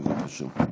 בבקשה.